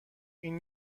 این